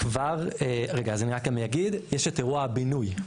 רגע אז אני רק אגיד יש את אירוע בינוי,